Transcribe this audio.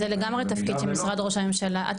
זה לגמרי תפקיד של משרד ראש הממשלה.